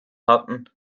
hatten